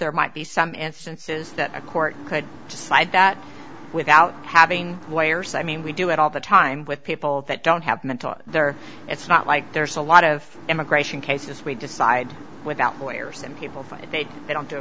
there might be some instances that a court could decide that without having lawyers i mean we do it all the time with people that don't have mental there it's not like there's a lot of immigration cases we decide without lawyers and people find they don't do a